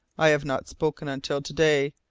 i have not spoken until to-day,